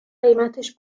قیمتش